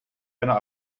einer